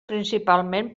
principalment